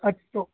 ಹತ್ತು